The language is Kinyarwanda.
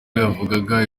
yavugaga